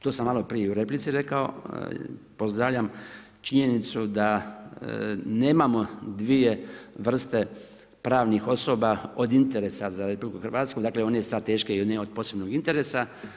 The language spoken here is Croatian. To sam malo prije i u replici rekao, pozdravljam činjenicu da nemamo dvije vrste pravnih osoba od interesa za RH, dakle one strateške i one od posebnog interesa.